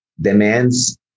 demands